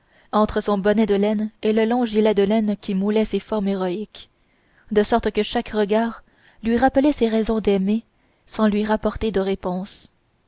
entre son bonnet de laine et le long gilet de laine qui moulait ses formes héroïques de sorte que chaque regard lui rappelait ses raisons d'aimer sans lui rapporter de réponse